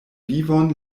vivon